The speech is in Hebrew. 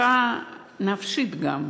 מכה נפשית גם,